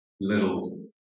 little